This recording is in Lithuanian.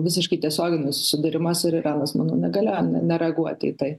visiškai tiesioginis susidūrimas ir iranas manau negalėjo nereaguot į tai